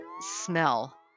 smell